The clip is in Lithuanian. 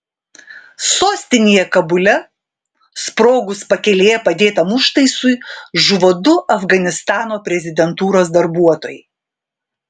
sostinėje kabule sprogus pakelėje padėtam užtaisui žuvo du afganistano prezidentūros darbuotojai